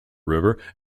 river